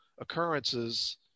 occurrences